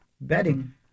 Betting